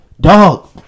Dog